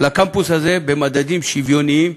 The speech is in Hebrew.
אל הקמפוס הזה, במדדים שוויוניים,